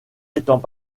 étant